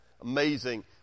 Amazing